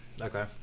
Okay